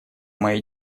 мои